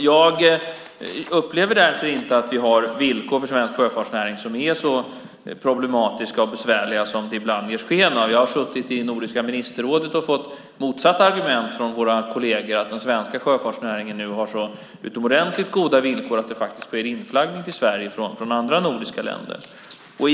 Jag upplever därför inte att vi har villkor för svensk sjöfartsnäring som är så problematiska och besvärliga som det ibland ges sken av. Jag har suttit i Nordiska ministerrådet och fått motsatta argument från våra kolleger, det vill säga att den svenska sjöfartsnäringen har så utomordentligt goda villkor att det faktiskt sker inflaggning till Sverige från andra nordiska länder.